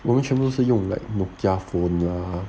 我们全部都是用 like nokia phone lah